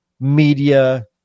media